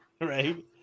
right